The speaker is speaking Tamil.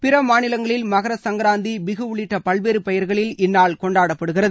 பிற மாநிலங்களில் மகரசங்கராந்தி பிஹூ உள்ளிட்ட பல்வேறு பெயர்களில் இந்நாள் கொண்டாடப்படுகிறது